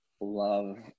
love